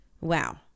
Wow